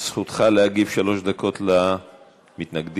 זכותך להגיב, שלוש דקות, למתנגד.